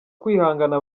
kwihangana